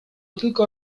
tylko